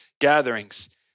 gatherings